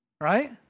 Right